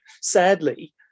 sadly